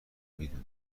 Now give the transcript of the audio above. میدونم